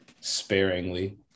sparingly